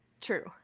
True